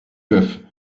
boeuf